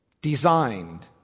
designed